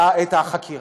את החקירה,